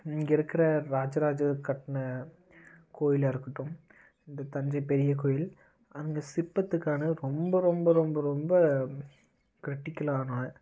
இங்கே இருக்கிற ராஜராஜர் கட்டின கோயிலாகருக்கட்டும் இந்த தஞ்சை பெரிய கோயில் அங்கே சிற்பத்துக்கான ரொம்ப ரொம்ப ரொம்ப ரொம்ப க்ரெட்டிக்கலான